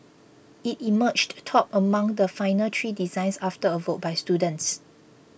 it emerged top among the final three designs after a vote by students